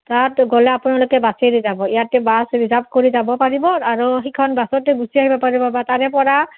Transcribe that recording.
তাত গ'লে আপোনালোকে বাছেৰে যাব ইয়াতে বাছ ৰিজাৰ্ভ কৰি যাব পাৰিব আৰু সেইখন বাছতে গুচি আহিব পাৰিব বা তাৰেপৰা